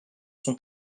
son